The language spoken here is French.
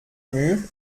mur